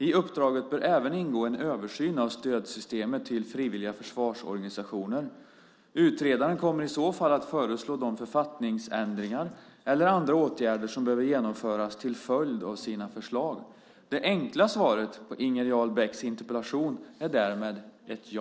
I uppdraget bör även ingå en översyn av stödsystemet till frivilliga försvarsorganisationer. Utredaren kommer i så fall att föreslå de författningsändringar eller andra åtgärder som behöver genomföras till följd av sina förslag. Det enkla svaret på Inger Jarl Becks interpellation är därmed ja.